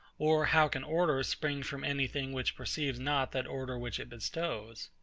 or how can order spring from any thing which perceives not that order which it bestows?